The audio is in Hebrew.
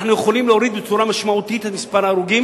אנחנו יכולים להוריד בצורה משמעותית את מספר ההרוגים.